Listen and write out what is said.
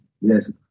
Yes